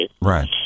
Right